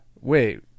wait